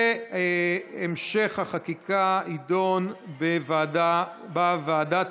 והמשך החקיקה יידון בוועדת